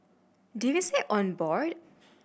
did we say on board